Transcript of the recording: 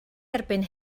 erbyn